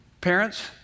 parents